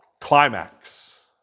climax